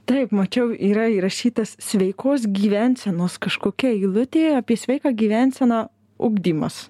taip mačiau yra įrašytas sveikos gyvensenos kažkokia eilutė apie sveiką gyvenseną ugdymas